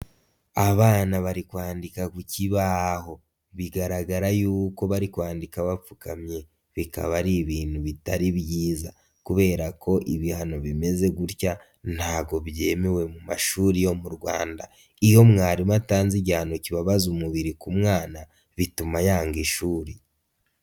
Abana bari kwandika ku kibaho, bigaragara yuko bari kwandika bapfukamye, bikaba ari ibintu bitari byiza, kubera ko ibihano bimeze gutya ntabwo byemewe mu mashuri yo mu Rwanda, iyo mwarimu atanze igihano kibabaza umubiri ku mwana bituma yanga ishuri.